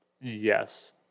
Yes